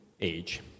age